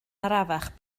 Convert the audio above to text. arafach